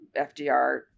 FDR